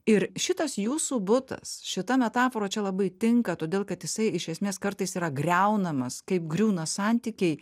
ir šitas jūsų butas šita metafora čia labai tinka todėl kad jisai iš esmės kartais yra griaunamas kaip griūna santykiai